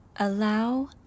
Allow